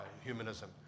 humanism